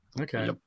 Okay